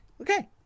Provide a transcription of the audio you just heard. okay